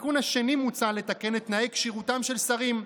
בתיקון השני מוצע לתקן את תנאי כשירותם של שרים.